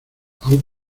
aun